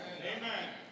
Amen